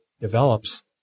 develops